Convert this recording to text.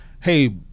Hey